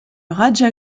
raja